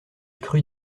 crut